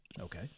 Okay